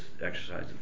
exercise